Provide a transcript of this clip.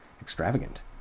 extravagant